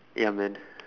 ya man